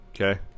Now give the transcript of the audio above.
Okay